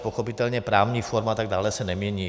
Pochopitelně právní forma a tak dále se nemění.